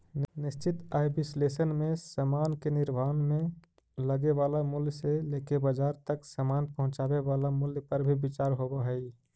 निश्चित आय विश्लेषण में समान के निर्माण में लगे वाला मूल्य से लेके बाजार तक समान पहुंचावे वाला मूल्य पर भी विचार होवऽ हई